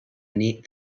neat